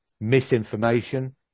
misinformation